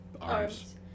arms